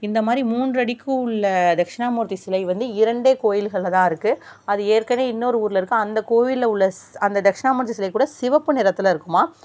இந்தமாதிரி மூன்று அடிக்கு உள்ள தட்சிணாமூர்த்தி சிலை வந்து இரண்டே கோயில்களில் தான் இருக்கு அது ஏற்கனே இன்னொரு ஊரில் இருக்கு அந்த கோயிலில் உள்ள அந்த தட்சிணாமுர்த்தி சிலைக்கூட சிவப்பு நிறத்தில் இருக்குமாம்